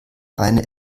eine